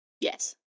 Yes